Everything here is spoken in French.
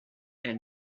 elle